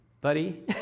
buddy